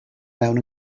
mewn